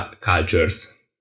cultures